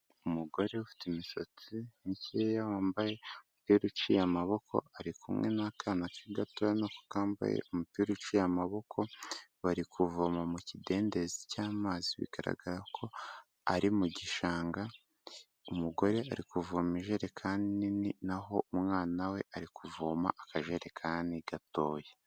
Umugore ufite imisatsi mikeya wambaye umupira uciye amaboko, ari kumwe n'akana ke gatoya kambaye umupira uciye amaboko, bari kuvoma mu kidendezi cy'amazi bigaragara ko ari mu gishanga, umugore arivoma ijerekani nini, naho umwana we ari kuvoma akajerekani gatoya.